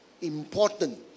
Important